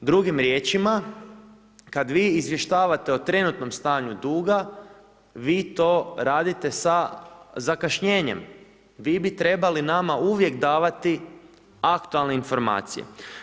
Drugim riječima, kad vi izvještavate o trenutnom stanju duga, vi to radite sa zakašnjenjem, vi bi trebali nama uvijek davati aktualne informacije.